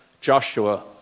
Joshua